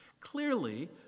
Clearly